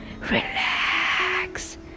relax